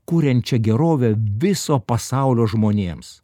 kuriančią gerovę viso pasaulio žmonėms